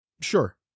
sure